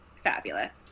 Fabulous